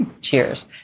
Cheers